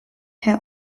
had